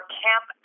camp